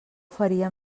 faria